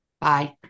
Bye